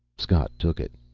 scott took it.